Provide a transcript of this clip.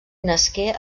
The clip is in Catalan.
nasqué